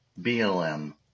BLM